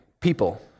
people